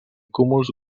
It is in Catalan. cúmuls